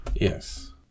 yes